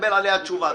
להתקבל עליה תשובה.